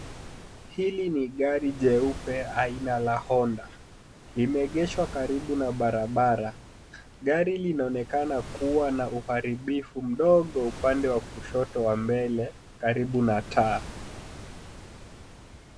Hili ni gari jeupe aina la Honda . Limeegeshwa karibu na barabara. Gari linaonekana kuwa na uharibifu mdogo upande wa kushoto wa mbele karibu na taa.